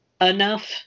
enough